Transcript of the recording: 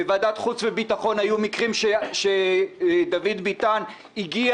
בוועדת החוץ והביטחון היו מקרים שדוד ביטן הגיע